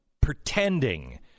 pretending